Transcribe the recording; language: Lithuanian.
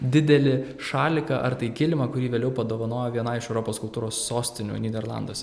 didelį šaliką ar tai kilimą kurį vėliau padovanojo vienai iš europos kultūros sostinių nyderlanduose